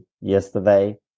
yesterday